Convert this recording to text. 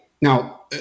Now